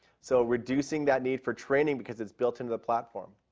so reducing that need for training because it's built into the platform.